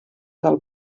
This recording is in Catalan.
del